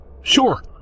Sure